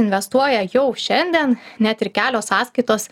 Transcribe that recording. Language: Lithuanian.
investuoja jau šiandien net ir kelios sąskaitos